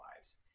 lives